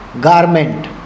garment